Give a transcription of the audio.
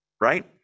right